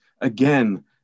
again